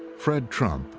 fred trump,